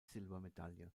silbermedaille